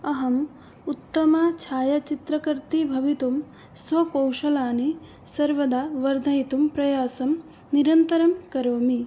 अहम् उत्तमा छायाचित्रकर्त्री भवितुं स्वकौशल्यानि सर्वदा वर्धयितुं प्रयासं निरन्तरं करोमि